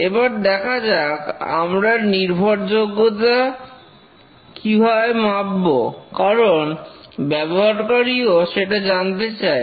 এবার দেখা যাক আমরা কিভাবে নির্ভরযোগ্যতা মাপব কারণ ব্যবহারকারীও সেটা জানতে চায়